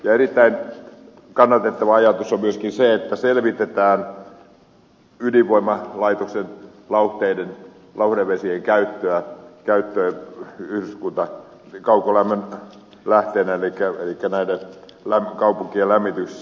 erittäin kannatettava ajatus on myöskin se että selvitetään ydinvoimalaitoksen lauhdevesien käyttöä yhdyskuntakaukolämmön lähteenä elikkä kaupunkien lämmityksessä